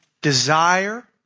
desire